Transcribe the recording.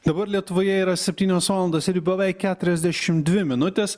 dabar lietuvoje yra septynios valandos ir beveik keturiasdešim dvi minutės